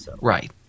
Right